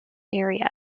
area